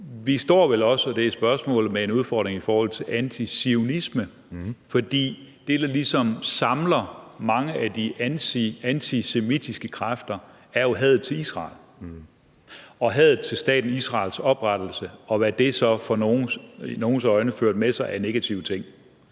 vi står vel også – og det er spørgsmålet – med en udfordring i forhold til antizionisme. For det, der ligesom samler mange af de antisemitiske kræfter, er jo hadet til Israel og hadet til staten Israels oprettelse, og hvad det så i nogles øjne har ført med sig af negative ting.